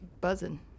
buzzing